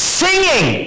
singing